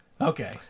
okay